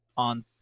On